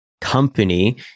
company